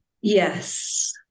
Yes